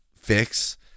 fix